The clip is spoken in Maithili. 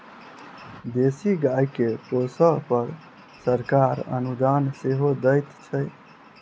देशी गाय के पोसअ पर सरकार अनुदान सेहो दैत छै